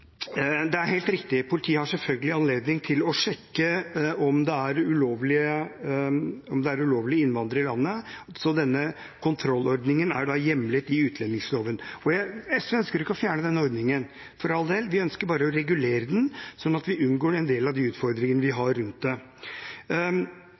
Det er helt riktig at politiet selvfølgelig har anledning til å sjekke om det er ulovlige innvandrere i landet, så denne kontrollordningen er da hjemlet i utlendingsloven. SV ønsker ikke å fjerne denne ordningen – for all del – vi ønsker bare å regulere den, sånn at vi unngår en del av de utfordringene vi